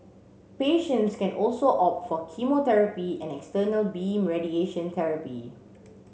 patients can also opt for chemotherapy and external beam radiation therapy